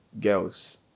girls